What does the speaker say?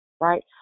right